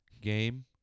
game